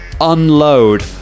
unload